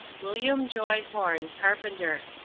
william joy horne, carpenter.